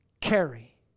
carry